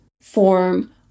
form